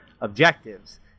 objectives